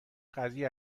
قضیه